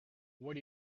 what